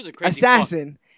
assassin